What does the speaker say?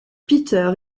peter